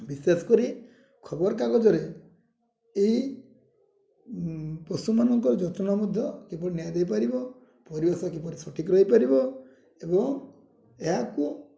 ବିଶେଷ କରି ଖବରକାଗଜରେ ଏଇ ପଶୁମାନଙ୍କର ଯତ୍ନ ମଧ୍ୟ କିପରି ନିଆ ଦେଇପାରିବ ପରିବେଶ କିପରି ସଠିକ୍ ରହିପାରିବ ଏବଂ ଏହାକୁ